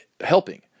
helping